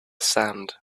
sand